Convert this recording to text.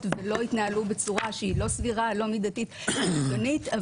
שלא יתנהלו בצורה שהיא לא סבירה ולא מידתית או בינונית.